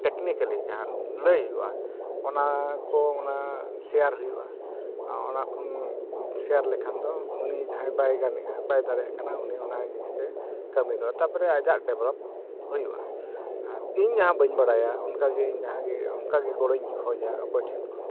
technically ᱡᱟᱦᱟᱸ ᱞᱟᱹᱭ ᱦᱩᱭᱩᱜᱼᱟ ᱚᱱᱟ ᱠᱚ ᱚᱱᱟ ᱥᱮᱭᱟᱨ ᱦᱩᱭᱩᱜᱼᱟ ᱟᱨ ᱚᱱᱟ ᱠᱷᱚᱱ ᱥᱮᱭᱟᱨ ᱞᱮᱠᱷᱟᱱ ᱫᱚ ᱡᱟᱦᱟᱸᱭ ᱵᱟᱭ ᱜᱟᱱᱮᱜᱼᱟ ᱵᱟᱭ ᱫᱟᱲᱮᱭᱟᱜ ᱠᱟᱱᱟ ᱩᱱᱤ ᱚᱱᱟ ᱡᱤᱱᱤᱥᱮ ᱠᱟᱹᱢᱤ ᱫᱟᱲᱮᱭᱟᱜᱼᱟ ᱛᱟᱨᱯᱚᱨᱮ ᱟᱭᱟᱜ ᱰᱮᱵᱷᱞᱚᱯ ᱦᱩᱭᱩᱜᱼᱟ ᱟᱨ ᱤᱧ ᱡᱟᱦᱟᱸ ᱵᱟᱹᱧ ᱵᱟᱲᱟᱭᱟ ᱚᱱᱠᱟᱜᱮ ᱤᱧ ᱡᱟᱦᱟᱸ ᱜᱮ ᱚᱱᱠᱟᱜᱮ ᱜᱚᱲᱚᱧ ᱠᱷᱚᱡᱟ ᱚᱠᱚᱭ ᱴᱷᱮᱱ ᱠᱷᱚᱱ